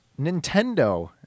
Nintendo